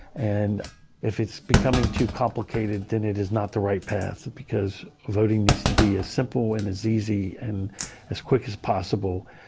and if it's becoming too complicated then it is not the right path because voting needs to be as simple and as easy and as quick as possible.